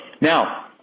Now